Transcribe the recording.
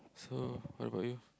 so what about you